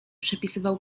przepisywał